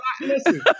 Listen